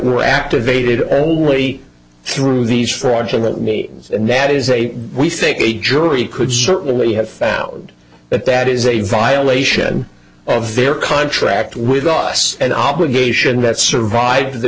were activated only through these fraudulent meetings and that is a we think a jury could certainly have found that that is a violation of their contract with us and obligation that survived the